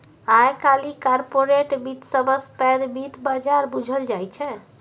आइ काल्हि कारपोरेट बित्त सबसँ पैघ बित्त बजार बुझल जाइ छै